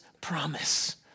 promise